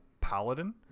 paladin